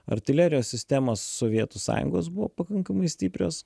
artilerijos sistemos sovietų sąjungos buvo pakankamai stiprios